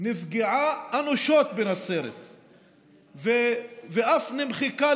נפגעה אנושות בנצרת ואף נמחקה,